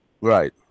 Right